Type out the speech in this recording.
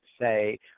say